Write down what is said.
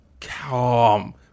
calm